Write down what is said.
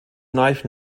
knife